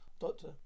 Doctor